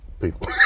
people